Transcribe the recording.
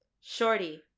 Shorty